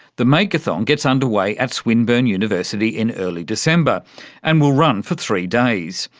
the makeathon gets underway at swinburne university in early december and will run for three days,